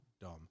dumb